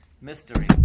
MYSTERY